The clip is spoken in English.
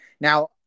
Now